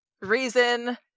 reason